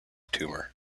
tumour